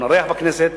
אנחנו נארח בכנסת